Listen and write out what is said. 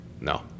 No